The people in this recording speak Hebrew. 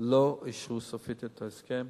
לא אישרו סופית את ההסכם,